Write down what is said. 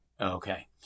Okay